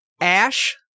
Ash